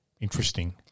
Interesting